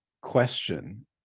question